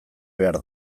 behar